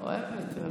אוהבת.